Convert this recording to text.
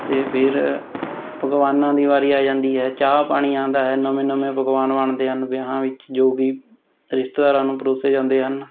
ਅਤੇ ਫਿਰ ਪਕਵਾਨਾਂ ਦੀ ਵਾਰੀ ਆ ਜਾਂਦੀ ਹੈ ਚਾਹ ਪਾਣੀ ਆਉਂਦਾ ਹੈ ਨਵੇਂ ਨਵੇਂ ਪਕਵਾਨ ਬਣਦੇ ਹਨ ਵਿਆਹਾਂ ਵਿੱਚ ਜੋ ਵੀ ਰਿਸ਼ਤੇਦਾਰਾਂ ਨੂੰ ਪਰੋਸੇ ਜਾਂਦੇ ਹਨ